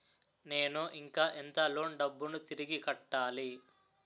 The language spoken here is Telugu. నేను ఇంకా ఎంత లోన్ డబ్బును తిరిగి కట్టాలి?